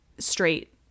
straight